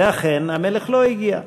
ואכן, המלך לא הגיע.